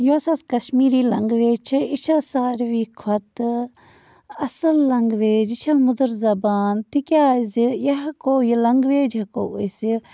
یۄس حظ کشمیٖری لنٛگویج چھِ یہِ چھےٚ ساروی کھۄتہٕ اَصٕل لنٛگویج یہِ چھےٚ مُدٕر زبان تِکیٛازِ یہِ ہٮ۪کو یہِ لنٛگویج ہٮ۪کو أسہِ